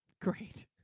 great